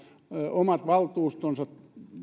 omat valtuustonsa